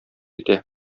итә